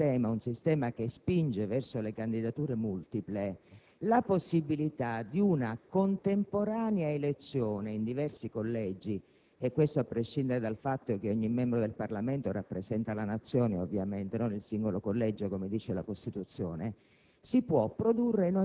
ed essendo il sistema un sistema che spinge verso le candidature multiple, la possibilità di una contemporanea elezione in diversi collegi - a prescindere dal fatto che ogni membro del Parlamento rappresenta la Nazione e non il singolo collegio, come stabilisce la Costituzione